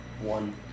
One